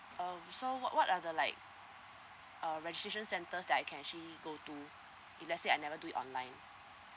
oh so what what are the like uh registration centers that I can actually go to if let's say I never do it online